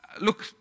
Look